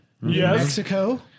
Mexico